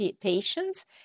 patients